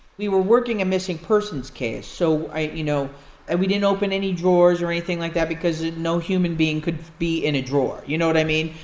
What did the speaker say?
we were working a missing persons case, so you know and we didn't open any drawers or anything like that because no human being could be in a drawer, you know what i mean?